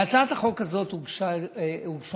להצעת החוק הזאת הוגשה הסתייגות.